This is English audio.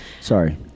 Sorry